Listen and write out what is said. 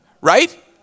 Right